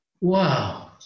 Wow